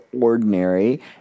ordinary